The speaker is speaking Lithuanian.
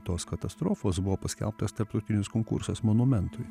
tos katastrofos buvo paskelbtas tarptautinis konkursas monumentui